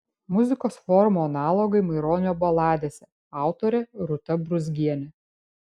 muzikos formų analogai maironio baladėse autorė rūta brūzgienė